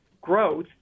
growth